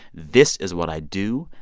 this is what i do.